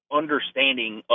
understanding